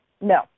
No